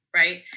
right